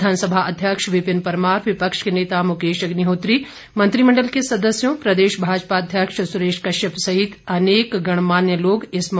विधानसभा अध्यक्ष विपिन परमार विपक्ष के नेता मुकेश अग्निहोत्री मंत्रिमंडल के सदस्यों प्रदेश भाजपा अध्यक्ष सुरेश कश्यप सहित अनेक गणमान्य लोग इस मौके पर उपस्थित रहे